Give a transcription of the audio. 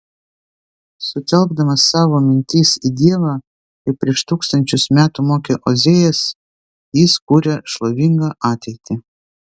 sutelkdamas savo mintis į dievą kaip prieš tūkstančius metų mokė ozėjas jis kuria šlovingą ateitį